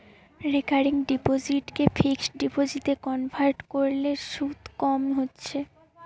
recurring ডিপোসিটকে fixed ডিপোজিটে convert কোরলে শুধ কম হচ্ছে